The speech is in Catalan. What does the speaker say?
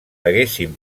haguessin